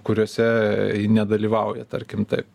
kuriose nedalyvauja tarkim taip